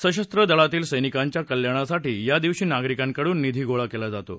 सशस्त्र दलातील सैनिकांच्या कल्याणासाठी या दिवशी नागरिकांकडून निधी गोळा केला जातो